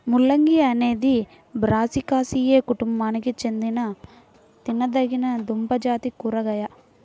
ముల్లంగి అనేది బ్రాసికాసియే కుటుంబానికి చెందిన తినదగిన దుంపజాతి కూరగాయ